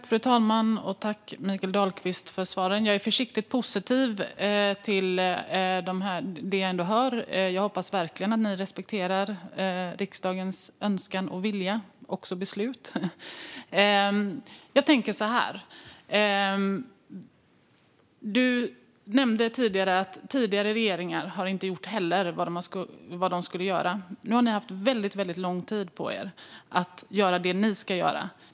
Fru talman! Tack, Mikael Dahlqvist, för svaren! Jag är försiktigt positiv till det jag hör. Jag hoppas verkligen att ni respekterar riksdagens önskan, vilja och beslut. Du nämnde förut att tidigare regeringar inte heller har gjort vad de skulle göra. Ni har nu haft väldigt lång tid på er att göra det ni ska göra.